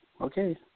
okay